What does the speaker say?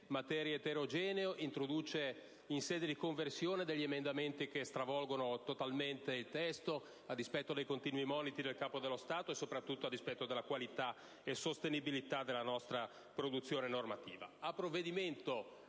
materie eterogenee, introduce in sede di conversione degli emendamenti che stravolgono totalmente il testo, a dispetto dei continui moniti del Capo dello Stato e, soprattutto, della qualità e della sostenibilità della nostra produzione normativa.